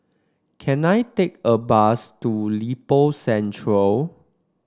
can I take a bus to Lippo Centre